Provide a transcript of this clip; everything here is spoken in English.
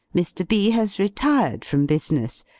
mr. b. has retired from business,